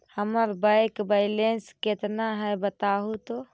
हमर bank balance केतना है बताहु तो?